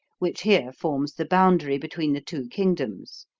which here forms the boundary between the two kingdoms,